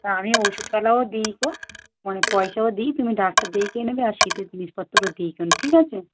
তা আমি ওষুধপালাও দিই গো মানে পয়সাও দিই তুমি ডাক্তার দেখিয়ে নেবে আর শীতের জিনিসপত্রও দিই খন ঠিক আছে